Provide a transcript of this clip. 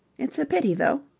it's a pity, though.